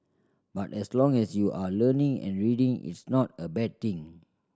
but as long as you are learning and reading it's not a bad thing